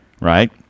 Right